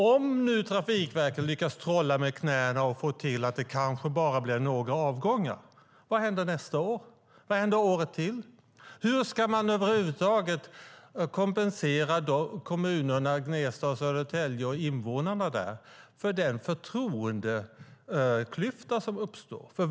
Om nu Trafikverket lyckas trolla med knäna och få till att det kanske bara kommer att handla om några avgångar, vad händer då nästa år och året därefter? Och hur ska man över huvud taget kompensera kommunerna Gnesta och Södertälje och deras invånare för den förtroendeklyfta som uppstår?